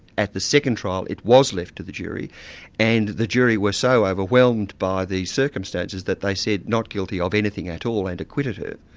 at the second trial it was left to the jury and the jury were so overwhelmed by the circumstances that they said not guilty of anything at all, and acquitted her.